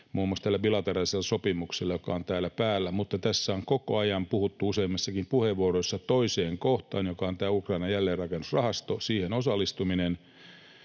muun muassa täällä bilateraalisella sopimuksella, joka on täällä päällä. Mutta tässä on koko ajan puhuttu useammassakin puheenvuoroissa toisesta kohdasta, joka on tämä Ukrainan jälleenrakennusrahasto, siihen osallistuminen,